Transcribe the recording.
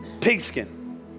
pigskin